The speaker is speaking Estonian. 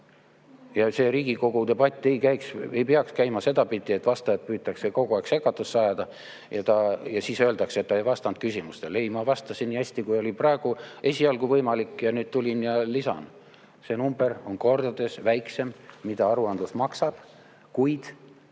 Ja see Riigikogu debatt ei käiks, ei peaks käima sedapidi, et vastajat püütakse kogu aeg segadusse ajada ja siis öeldakse, et ta ei vastanud küsimustele. Ei, ma vastasin nii hästi, kui oli praegu, esialgu võimalik, ja nüüd tulin ja lisan. See number on kordades väiksem, mida aruandlus maksab, kuid